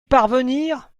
parvenir